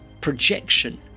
projection